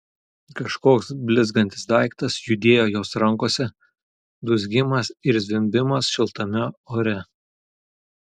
kažkoks blizgantis daiktas judėjo jos rankose dūzgimas ir zvimbimas šiltame ore